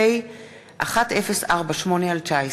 פ/1048/19.